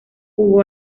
jugó